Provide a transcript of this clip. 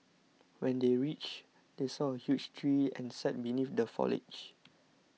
when they reached they saw a huge tree and sat beneath the foliage